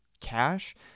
cash